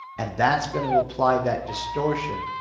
and that's going to apply that distortion.